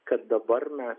kad dabar mes